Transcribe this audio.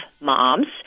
moms